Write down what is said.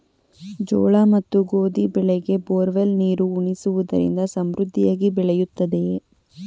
ಜೋಳ ಮತ್ತು ಗೋಧಿ ಬೆಳೆಗೆ ಬೋರ್ವೆಲ್ ನೀರು ಉಣಿಸುವುದರಿಂದ ಸಮೃದ್ಧಿಯಾಗಿ ಬೆಳೆಯುತ್ತದೆಯೇ?